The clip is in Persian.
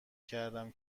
کردم